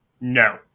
no